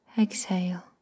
exhale